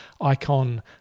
icon